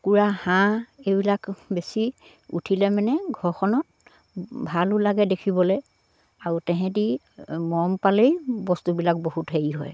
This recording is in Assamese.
কুকুৰা হাঁহ এইবিলাক বেছি উঠিলে মানে ঘৰখনত ভালো লাগে দেখিবলে আৰু তেহেঁতি মৰম পালেই বস্তুবিলাক বহুত হেৰি হয়